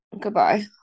goodbye